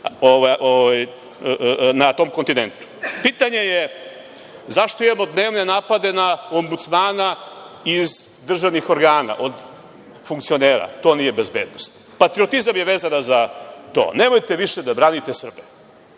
na tom kontinentu. Pitanje je zašto imamo dnevne napade na Ombudsmana iz državnih organa od funkcionera? To nije bezbednost. Patriotizam je vezana za to. Nemojte više da branite Srbe.